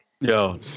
Yo